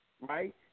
right